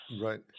Right